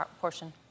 portion